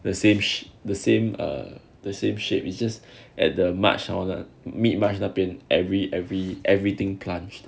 the same the same or the same shape is just at the march or the meat marched up in every every everything plunged